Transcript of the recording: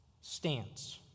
stance